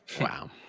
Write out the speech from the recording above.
Wow